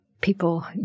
people